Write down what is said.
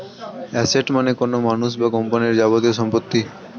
asset মানে কোনো মানুষ বা কোম্পানির যাবতীয় সম্পত্তি